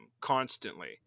constantly